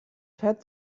fed